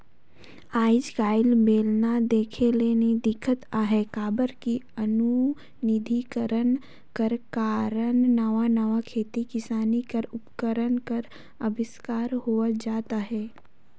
आएज काएल बेलना देखे ले नी दिखत अहे काबर कि अधुनिकीकरन कर कारन नावा नावा खेती किसानी कर उपकरन कर अबिस्कार होवत जात अहे